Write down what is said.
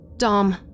Dom